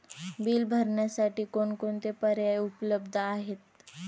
Bill भरण्यासाठी कोणकोणते पर्याय उपलब्ध आहेत?